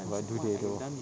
but do they though